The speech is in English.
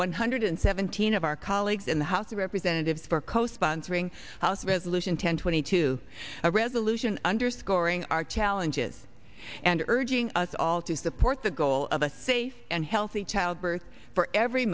one hundred seventeen of our colleagues in the house of representatives for co sponsoring house resolution twenty two a resolution underscoring our challenges and urging us all to support the goal of a safe and healthy childbirth for every